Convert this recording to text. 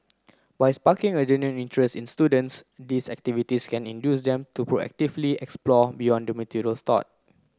by sparking a genuine interest in students these activities can induce them to proactively explore beyond the materials taught